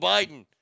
Biden